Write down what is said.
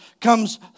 comes